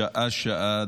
שעה-שעה,